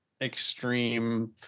extreme